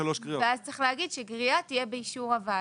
ואז צריך להגיד שגריעה תהיה באישור הוועדה.